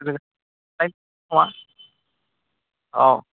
ओ न'आ अ